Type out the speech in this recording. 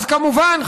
אז כמובן,